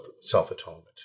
self-atonement